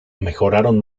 mejoraron